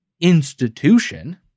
institution